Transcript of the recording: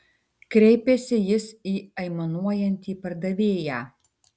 kreipėsi jis į aimanuojantį pardavėją